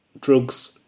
drugs